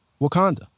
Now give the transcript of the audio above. wakanda